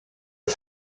are